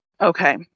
Okay